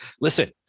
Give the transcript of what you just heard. listen